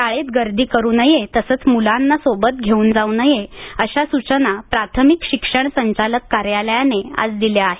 शाळेत गर्दी करू नये तसंच सोबत म्लांना घेऊन जाऊ नये अशा सूचना प्राथमिक शिक्षण संचालक कार्यालयाने आज दिल्या आहेत